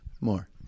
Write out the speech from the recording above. more